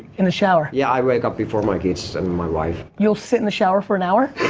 in the shower? yeah, i wake up before my kids and and my wife. you'll sit in the shower for an hour?